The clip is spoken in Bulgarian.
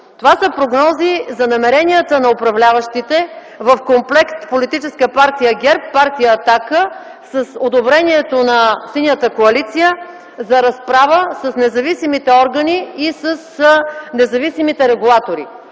Това са прогнози за намеренията на управляващите в комплект с Политическа партия ГЕРБ, партия „Атака”, с одобрението на Синята коалиция за разправа с независимите органи и с независимите регулатори.